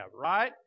right